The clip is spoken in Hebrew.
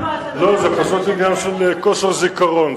לא, זה פשוט עניין של כושר זיכרון.